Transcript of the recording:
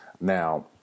Now